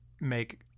make